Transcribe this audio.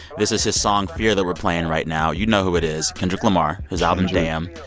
this is his song fear. that we're playing right now. you know who it is kendrick lamar his album damn.